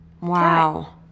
wow